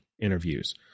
interviews